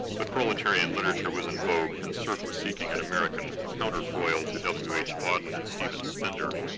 but proletarian literature was in vogue, and cerf was seeking an american counterfoil to w h. auden and stephen spender,